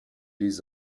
les